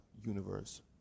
universe